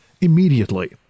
immediately